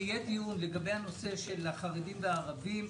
אני רוצה שיהיה דיון לגבי הנושא של החרדים והערבים.